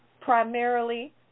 Primarily